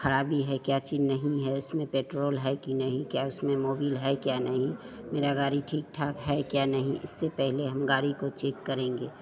खराबी है क्या चीज नहीं है इसमें पेट्रोल है कि नहीं क्या उसमें मोबिल है या नहीं मेरी गाड़ी ठीक ठाक है या नहीं इससे पहले हम गाड़ी को चेक करेंगे